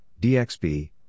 DXB